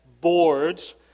boards